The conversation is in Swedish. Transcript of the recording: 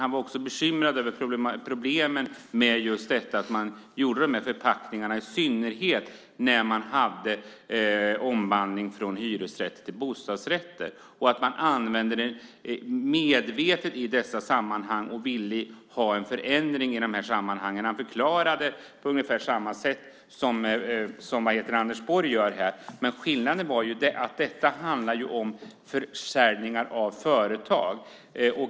Han var också bekymrad över problemen med just detta att man gjorde de här förpackningarna, i synnerhet när det var omvandling från hyresrätt till bostadsrätt, att man använde det medvetet i dessa sammanhang och ville ha en förändring. Han förklarade det på ungefär samma sätt som Anders Borg gör här, men skillnaden är att detta handlar om försäljningar av företag.